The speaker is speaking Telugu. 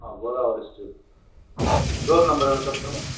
గోదావరి స్ట్రీట్ డోర్ నంబర్ ఏమైనా చెప్పగలరా